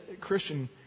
Christian